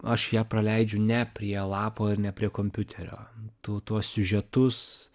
aš ją praleidžiu ne prie lapo ir ne prie kompiuterio tu tuos siužetus